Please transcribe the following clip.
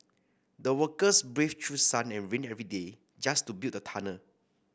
the workers braved through sun and rain every day just to build the tunnel